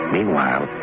Meanwhile